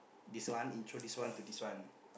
this one intro this one to this one